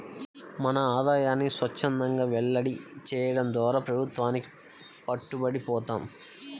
మన ఆదాయాన్ని స్వఛ్చందంగా వెల్లడి చేయడం ద్వారా ప్రభుత్వానికి పట్టుబడి పోతాం